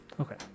Okay